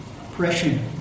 oppression